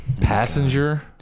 passenger